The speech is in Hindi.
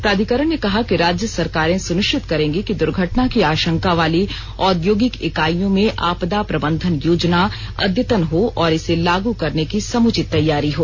प्राधिकरण ने कहा कि राज्य सरकारें सुनिश्चित करेंगी कि दुर्घटना की आंशका वाली औद्योगिक इकाइयों में आपदा प्रबंधन योजना अद्यतन हो और इसे लागू करने की समुचित तैयारी हो